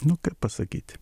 nu kaip pasakyti